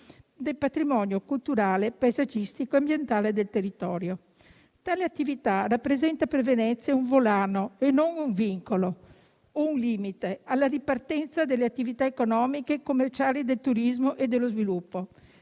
del patrimonio culturale, paesaggistico e ambientale del territorio. Tale attività rappresenta per Venezia un volano e non un vincolo, un limite alla ripartenza delle attività economiche commerciali del turismo e dello sviluppo.